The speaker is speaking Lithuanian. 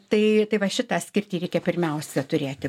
tai tai va šitą skirtį reikia pirmiausia turėti